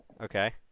Okay